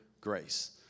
grace